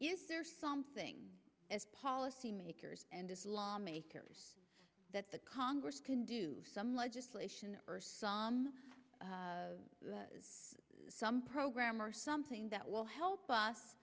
is there something as policymakers and as lawmakers that the congress can do some legislation first on some program or something that will help us